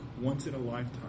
once-in-a-lifetime